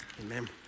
Amen